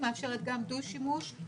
היא מאפשרת גם דו-שימוש.